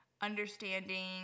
understanding